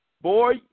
boy